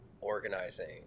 organizing